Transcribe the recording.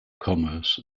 commerce